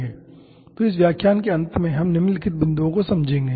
तो इस व्याख्यान के अंत में हम निम्नलिखित बिंदुओं को समझेंगे